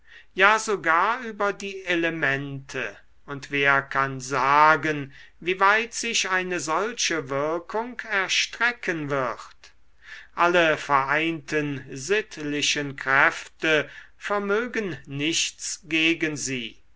ja sogar über die elemente und wer kann sagen wie weit sich eine solche wirkung erstrecken wird alle vereinten sittlichen kräfte vermögen nichts gegen sie